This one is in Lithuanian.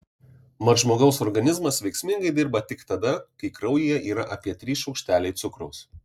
mat žmogaus organizmas veiksmingai dirba tik tada kai kraujyje yra apie trys šaukšteliai cukraus